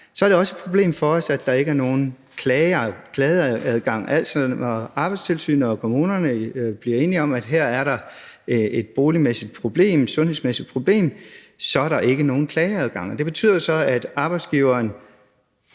Så er det også et problem for os, at der ikke er nogen klageadgang. Altså, når Arbejdstilsynet og kommunerne bliver enige om, at her er der et boligmæssigt problem, et sundhedsmæssigt problem, så er der ikke nogen klageadgang, og det betyder så, at arbejdsgiveren